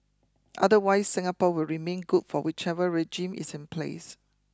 otherwise Singapore will remain good for whichever regime is in place